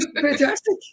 Fantastic